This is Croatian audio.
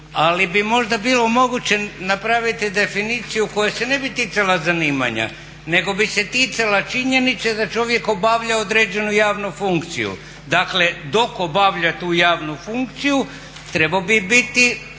Ali bi možda bilo moguće napraviti definiciju koja se ne bi ticala zanimanja nego bi se ticala činjenice da čovjek obavlja određenu javnu funkciju. Dakle, dok obavlja tu javnu funkciju trebao bi biti